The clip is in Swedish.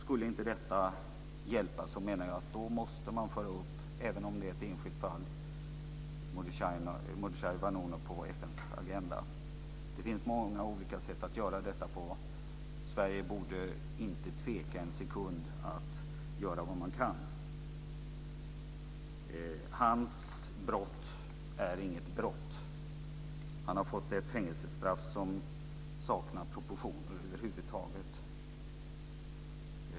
Skulle inte detta hjälpa menar jag att man måste föra upp Mordechai Vanunu, även om det är ett enskilt fall, på FN:s agenda. Det finns många olika sätt att göra detta på. Sverige borde inte tveka en sekund att göra vad man kan. Hans brott är inget brott. Han har fått ett fängelsestraff som saknar proportioner.